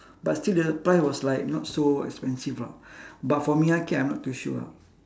but still the price was like not so expensive lah but for ming arcade I'm not too sure ah